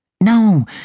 No